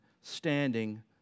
Standing